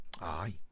Aye